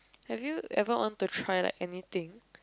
have you ever want to try like anything